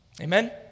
Amen